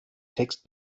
text